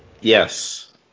Yes